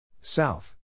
South